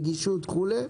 נגישות וכו',